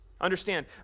Understand